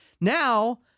Now